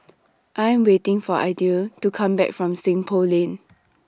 I Am waiting For Idell to Come Back from Seng Poh Lane